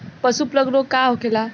पशु प्लग रोग का होखेला?